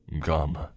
Come